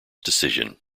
decision